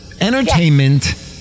entertainment